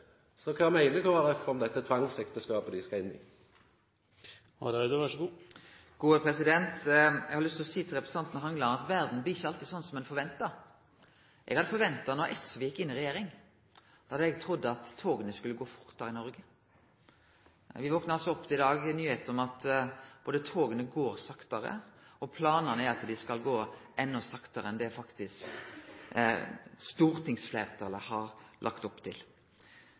Så kva meiner Kristeleg Folkeparti om dette tvangsekteskapet dei skal inngå? Eg har lyst til å seie til representanten Langeland at verda ikkje alltid blir sånn som ein forventa. Eg hadde forventa – da SV gjekk inn i regjering, hadde eg trudd – at toga skulle gå fortare i Noreg. Men me vakna altså opp i dag til nyheita om at toga går saktare og at planane er at dei skal gå endå saktare enn stortingsfleirtalet har lagt opp til.